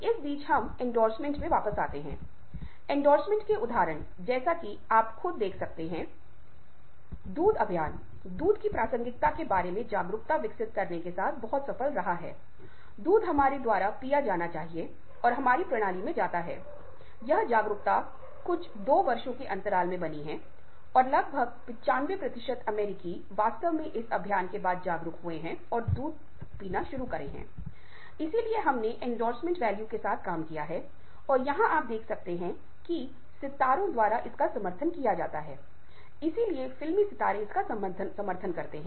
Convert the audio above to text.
हर बार हम किसी को सुनते हैं अगर मैं अपने परिवार अपने माता पिता या अपने बेटे या बेटी या अपने दोस्त को सुन रहा हूं क्योंकि मैं उस व्यक्ति को जानता हूँ मैं उस व्यक्ति के सभी पूर्वाग्रहों को ले आऊंगा अब अगर हम इससे छुटकारा पा सकते हैं तो हम फिर से एक नए तरीके से और अधिक परिप्रेक्ष्य और सार्थक तरीके से बात को सुनते हैं